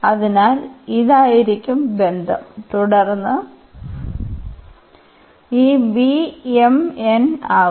അതിനാൽ ഇതായിരിക്കും ബന്ധo തുടർന്ന് ഈ ആകും